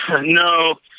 No